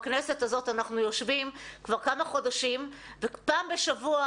בכנסת הזאת אנחנו יושבים כבר כמה חודשים ופעם בשבוע